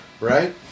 right